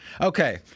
Okay